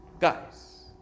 Guys